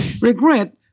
Regret